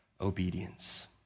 obedience